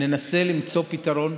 ננסה למצוא פתרון.